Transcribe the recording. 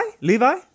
Levi